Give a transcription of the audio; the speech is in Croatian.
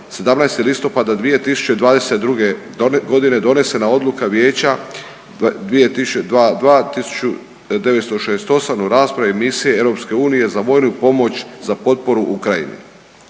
17. listopada 2022. godine donesena Odluka Vijeća 2000 2 2 1968 u raspravi misije EU za vojnu pomoć za potporu Ukrajini.